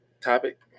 Topic